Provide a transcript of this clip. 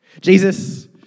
Jesus